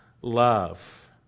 love